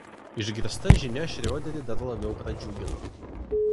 išgirsta žinia šrioderį dar labiau pradžiugino